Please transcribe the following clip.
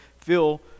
phil